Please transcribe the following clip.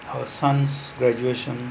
our son's graduation